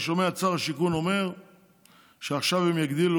אני שומע את שר השיכון אומר שעכשיו הם יגדילו